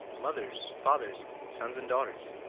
mothers, fathers, sons, and daughters.